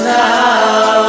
now